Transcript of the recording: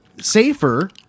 safer